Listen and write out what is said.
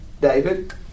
David